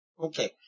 Okay